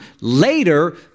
later